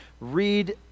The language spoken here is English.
read